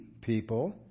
people